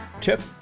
Tip